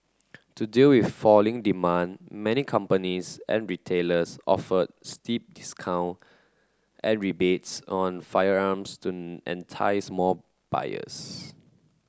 to deal with falling demand many companies and retailers offered steep discount and rebates on firearms to entice more buyers